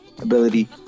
ability